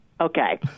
Okay